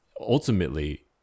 ultimately